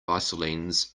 isolines